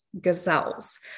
gazelles